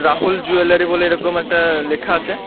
Rahul jewellery বলে এরকম একটা লেখা আছে